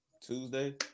Tuesday